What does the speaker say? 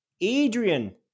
Adrian